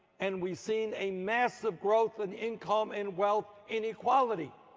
and we've seen a massive growth in income and wealth in equality.